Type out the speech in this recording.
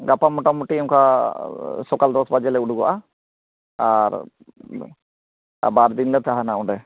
ᱜᱟᱯᱟ ᱢᱚᱴᱟᱢᱩᱴᱤ ᱚᱱᱠᱟ ᱥᱚᱠᱟᱞ ᱫᱚᱥ ᱵᱟᱡᱮ ᱞᱮ ᱩᱰᱩᱠᱚᱜᱼᱟ ᱟᱨ ᱵᱟᱨ ᱫᱤᱱ ᱞᱮ ᱛᱟᱦᱮᱱᱟ ᱚᱸᱰᱮ